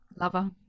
Lover